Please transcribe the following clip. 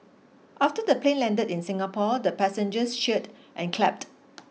after the plane landed in Singapore the passengers cheered and clapped